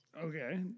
Okay